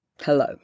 hello